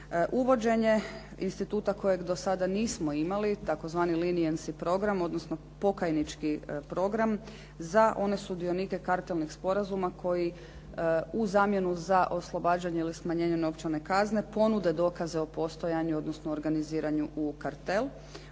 Uvođenje instituta kojeg do sada nismo imali, tzv. …/Govornica se ne razumije./… program, odnosno pokajnički program za one sudionike …/Govornica se ne razumije./… sporazuma koji u zamjenu za oslobađanje ili smanjenje novčane kazne ponude dokaza o postojanju, odnosno organiziranju u kartel.